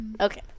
Okay